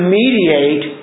mediate